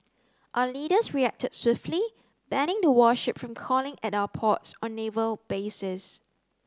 our leaders reacted swiftly banning the warship from calling at our ports or naval bases